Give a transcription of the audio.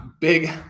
big